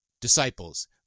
disciples